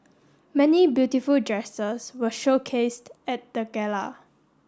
many beautiful dresses were showcased at the gala